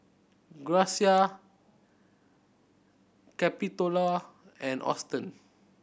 Gracia Capitola and Auston